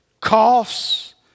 coughs